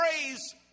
Praise